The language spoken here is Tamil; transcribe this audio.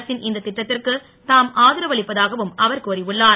அரசின் இந்த நட்டத்திற்கு தாம் ஆதரவளிப்பதாகவும் அவர் கூறியுள்ளார்